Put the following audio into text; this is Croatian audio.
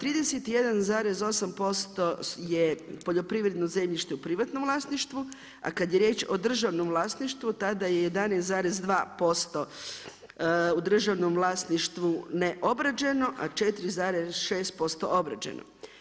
31,8% je poljoprivredno zemljište u privatnom vlasništvu, a kad je riječ o državnom vlasništvu tada je 11,2% u državnom vlasništvu neobrađeno, a 4,6% obrađeno.